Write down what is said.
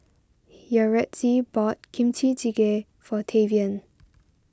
Yaretzi bought Kimchi Jjigae for Tavian